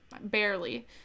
barely